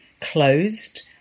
closed